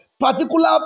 particular